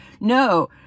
no